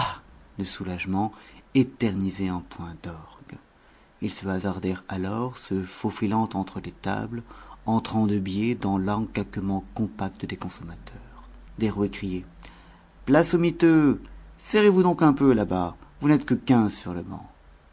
de soulagement éternisé en point d'orgue ils se hasardèrent alors se faufilant entre les tables entrant de biais dans l'encaquement compact des consommateurs derouet criait place aux miteux serrez-vous donc un peu là-bas vous n'êtes que quinze sur le banc